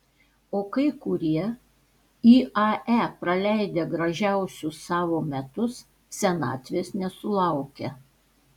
o kai kurie iae praleidę gražiausius savo metus senatvės nesulaukia